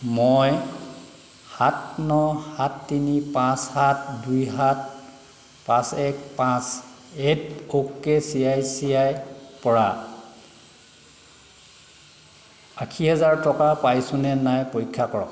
সাত ন সাত তিনি পাঁচ সাত দুই সাত পাঁচ এক পাঁচ এট okay C I C I পৰা আশী হাজাৰ টকা পাইছোঁনে নাই পৰীক্ষা কৰক